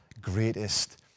greatest